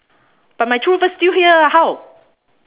but my true love still here how